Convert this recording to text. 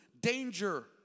danger